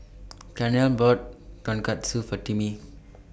Carnell bought Tonkatsu For Timmie